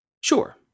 Sure